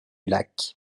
lac